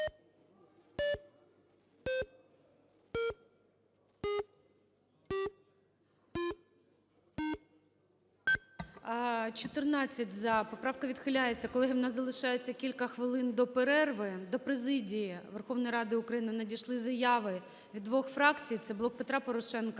За-14 Поправка відхиляється. Колеги, у нас залишається кілька хвилин до перерви. До президії Верховної Ради України надійшли заяви від двох фракцій – це "Блок Петра Порошенка"